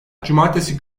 cumartesi